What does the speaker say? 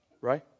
Right